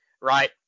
Right